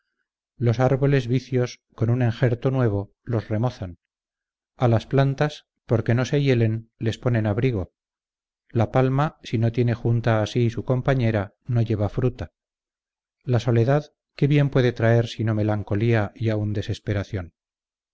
los árboles vicios con un enjerto nuevo los remozan a las plantas porque no se hielen les ponen abrigo la palma si no tiene junta a sí su compañera no lleva fruta la soledad qué bien puede traer sino melancolía y aun desesperación